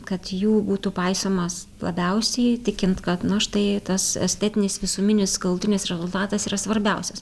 kad jų būtų paisomas labiausiai tikint kad na štai tas estetinis visuminis galutinis rezultatas yra svarbiausias